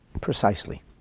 precisely